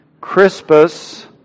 Crispus